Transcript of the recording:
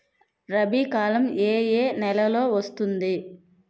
రబీ కాలం ఏ ఏ నెలలో వస్తుంది?